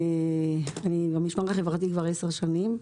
אני במשמר החברתי כבר 10 שנים,